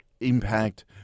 impact